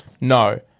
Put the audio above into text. No